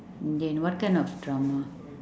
indian what kind of drama